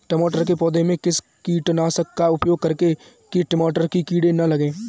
टमाटर के पौधे में किस कीटनाशक का उपयोग करें कि टमाटर पर कीड़े न लगें?